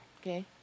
Okay